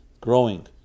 Growing